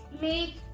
make